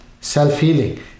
self-healing